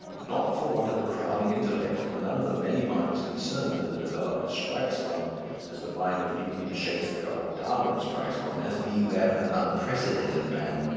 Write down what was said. not for want of a crowning intellect, for none of the many minds concerned in the development strikes one as the mind of newton, shakespeare, or darwin strikes one as being that of an unprecedented man.